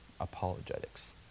apologetics